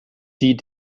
die